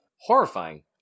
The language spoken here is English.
Horrifying